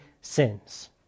sins